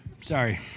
Sorry